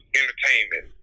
entertainment